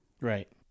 Right